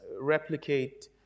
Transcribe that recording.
replicate